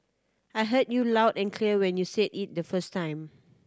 I heard you loud and clear when you said it the first time